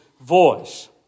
voice